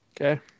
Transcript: Okay